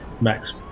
Max